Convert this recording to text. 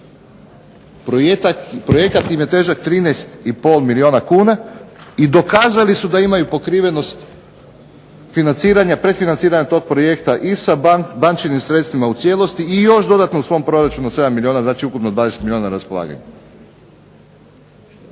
Projekat im je težak 13,5 milijuna kuna i dokazali su da imaju pokrivenost financiranja, predfinanciranja tog projekta i sa bankovnim sredstvima u cijelosti i još dodatno u svom proračunu od 7 milijuna, znači ukupno 20 milijuna na raspolaganju.